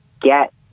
get